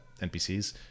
NPCs